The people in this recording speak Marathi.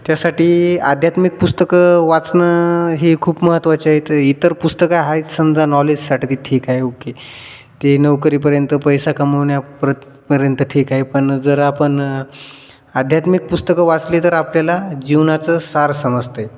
त्यासाठी आध्यात्मिक पुस्तकं वाचणं हे खूप महत्त्वाचे आहे त इतर पुस्तकं आहेत समजा नॉलेजसाठी ते ठीक आहे ओके ते नोकरीपर्यंत पैसा कमवण्या परपर्यंत ठीक आहे पण जर आपण आध्यात्मिक पुस्तकं वाचली तर आपल्याला जीवनाचं सार समजत आहे